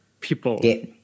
people